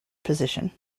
position